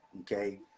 okay